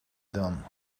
done